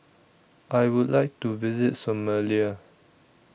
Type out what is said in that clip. I Would like to visit Somalia